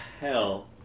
hell